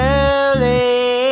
early